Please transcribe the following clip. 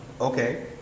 Okay